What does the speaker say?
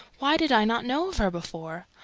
why did i not know of her before?